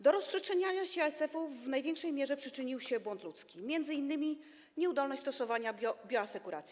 Do rozprzestrzeniania się ASF-u w największej mierze przyczynił się błąd ludzki, m.in. nieudolność w stosowaniu bioasekuracji.